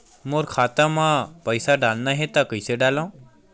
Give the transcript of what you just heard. मोर खाता म पईसा डालना हे त कइसे डालव?